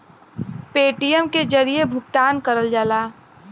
Paytm के जरिये भुगतान करल जाला